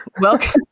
Welcome